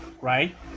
right